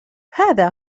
هذا